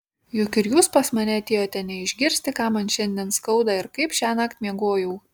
juk ir jūs pas mane atėjote ne išgirsti ką man šiandien skauda ir kaip šiąnakt miegojau